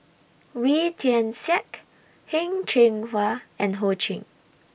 Wee Tian Siak Heng Cheng Hwa and Ho Ching